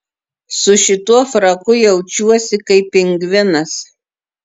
su šituo fraku jaučiuosi kaip pingvinas